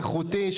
איכותי,